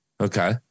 Okay